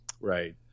right